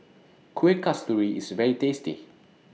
Kuih Kasturi IS very tasty